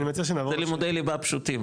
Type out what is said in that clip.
זה לימודי ליבה פשוטים,